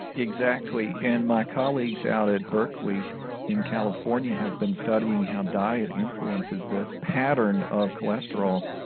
exactly, and my colleagues out at berkeley in california have been studying how diet influences this pattern of cholesterol.